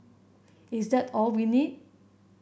is that all we need